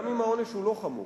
גם אם העונש הוא לא חמור.